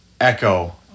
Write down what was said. Echo